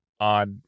odd